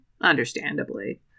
understandably